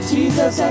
Jesus